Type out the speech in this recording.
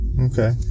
Okay